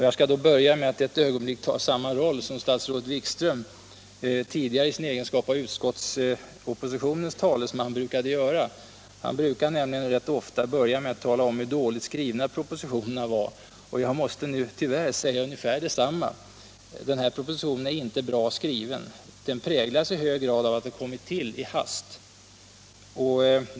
Jag skall då börja med att ett ögonblick ta samma roll som statsrådet Wikström tidigare i sin egenskap av utskottsoppositionens talesman brukade ta. Han brukade nämligen rätt ofta börja med att tala om hur dåligt skrivna propositionerna var, och jag måste nu tyvärr säga ungefär detsamma. Den här propositionen är inte bra skriven. Den präglas i hög grad av att ha kommit till i hast.